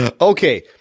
okay